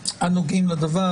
לדבר.